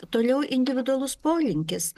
toliau individualus polinkis